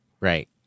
right